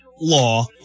law